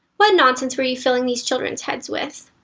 what nonsense were you filling these children's heads with?